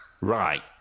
Right